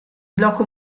blocco